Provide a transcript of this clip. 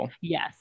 Yes